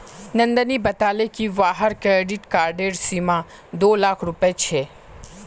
नंदनी बताले कि वहार क्रेडिट कार्डेर सीमा दो लाख रुपए छे